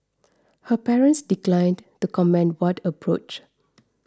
her parents declined to comment when approached